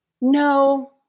No